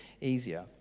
easier